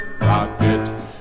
rocket